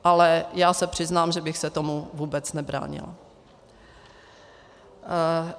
Ale já se přiznám, že bych se tomu vůbec nebránila.